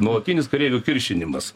nuolatinis kareivių kiršinimas